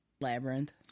Labyrinth